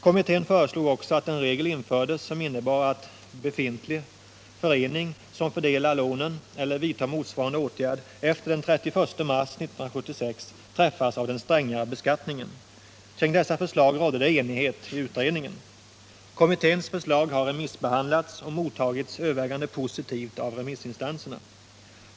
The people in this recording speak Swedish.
Kommittén föreslog också att en regel som innebar att befintlig förening som fördelar lånen eller vidtar motsvarande åtgärd efter den 31 mars 1976 skulle träffas av den strängare beskattningen. Kring dessa förslag rådde det enighet i utredningen. Kommitténs förslag har remissbehandlats och mottagits övervägande positivt av remissinstanserna.